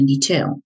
1992